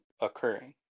occurring